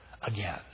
again